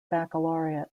baccalaureate